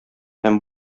һәм